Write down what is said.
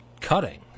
cutting